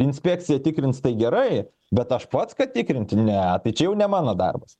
inspekcija tikrins tai gerai bet aš pats kad tikrinti ne tačiau ne jau mano darbas